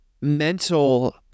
mental